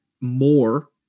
more